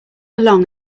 along